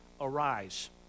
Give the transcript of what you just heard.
Arise